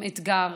עם אתגר.